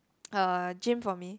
uh gym for me